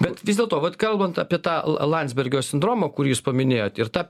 bet vis dėlto vat kalbant apie tą landsbergio sindromą kurį jūs paminėjot ir tą